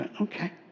Okay